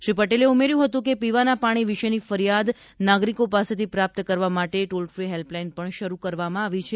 શ્રી પટેલે ઉમેર્યું હતું કે પીવાના પાણી વિશેની ફરિયાદ નાગરિકો પાસેથી પ્રાપ્ત કરવા માટે ટોલ ફી હેલ્પલાઇન શરૂ કરવામાં આવી છે